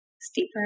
steeper